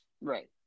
Right